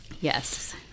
Yes